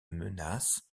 menace